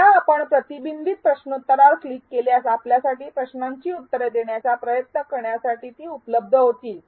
एकदा आपण प्रतिबिंब प्रश्नोत्तरांवर क्लिक केल्यास आपल्यासाठी प्रश्नांची उत्तरे देण्याचा प्रयत्न करण्यासाठी उपलब्ध होतील